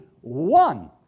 one